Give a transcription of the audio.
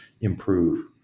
improve